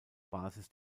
basis